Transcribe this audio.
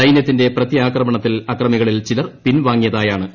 സൈനൃത്തിന്റെ പ്രത്യാക്രമണത്തിൽ പ്രിഅക്രമികളിൽ ചിലർ പിൻവാങ്ങിയതായാണ് സൂചന